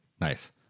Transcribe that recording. Nice